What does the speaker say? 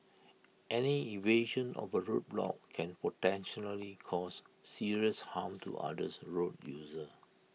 any evasion of A road block can potentially cause serious harm to other's road users